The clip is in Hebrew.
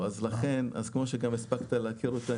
כמו שכבר הספקת להכיר אותי,